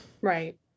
Right